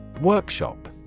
Workshop